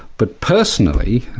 but personally,